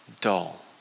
dull